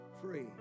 Free